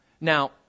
Now